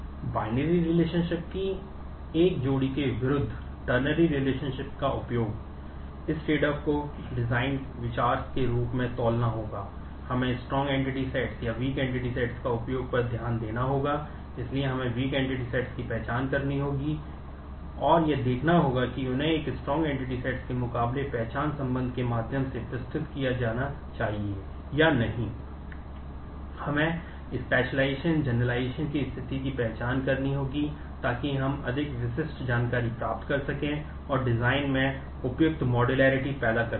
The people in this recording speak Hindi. बाइनरी रिलेशनशिप पैदा कर सकें